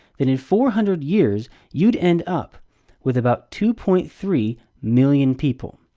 then in four hundred years, you'd end up with about two point three million people.